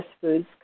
foods